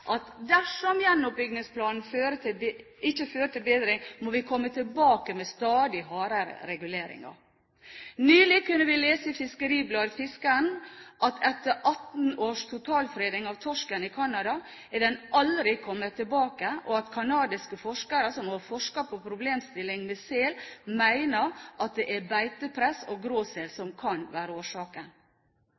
Dersom gjenoppbyggingsplanen ikke fører til bedring, må vi komme tilbake med stadig hardere reguleringer. Nylig kunne vi lese i FiskeribladetFiskaren at etter 18 års totalfreding av torsken i Canada er den aldri kommet tilbake, og at kanadiske forskere som har forsket på problemstillingen med sel, mener at det er beitepress og gråsel som kan være årsaken.